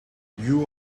you